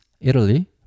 Italy